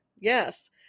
Yes